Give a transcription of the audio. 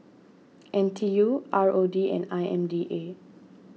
N T U R O D and I M D A